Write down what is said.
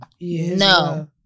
No